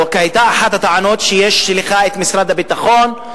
אחת הטענות היתה: יש לך משרד הביטחון.